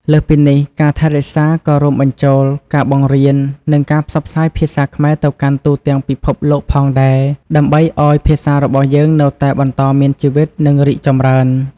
លើសពីនេះ ការថែរក្សាក៏រួមបញ្ចូលការបង្រៀន និងការផ្សព្វផ្សាយភាសាខ្មែរទៅកាន់ទូទាំងពិភពលោកផងដែរ ដើម្បីឱ្យភាសារបស់យើងនៅតែបន្តមានជីវិត និងរីកចម្រើន។